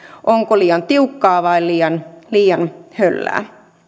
onko liian tiukkaa vai liian liian höllää